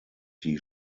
die